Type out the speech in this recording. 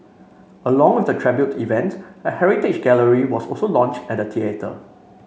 along with the tribute event a heritage gallery was also launched at the theatre